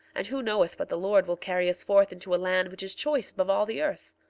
and who knoweth but the lord will carry us forth into a land which is choice above all the earth?